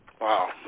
Wow